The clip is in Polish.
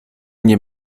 nie